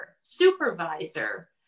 supervisor